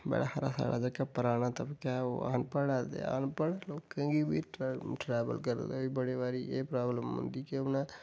बड़ा हारा साढ़ा जेह्का पराना तबका ऐ ओह् अनपढ़ ऐ ते अनपढ़ लोकें गी बी ट्रेव ट्रेवल करदे होई बड़े बारी एह् प्राब्लम औंदी